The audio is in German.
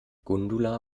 gundula